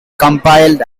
compiled